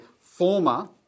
former